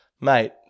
Mate